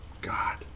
God